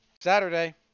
Saturday